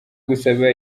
gusaba